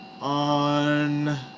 on